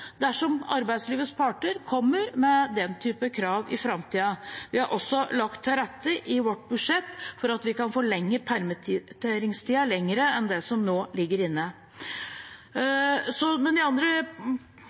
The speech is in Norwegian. dersom arbeidslivets parter kommer med den typen krav i framtida. Vi har også i vårt budsjett lagt til rette for at vi kan forlenge permitteringstida mer enn det som nå ligger inne.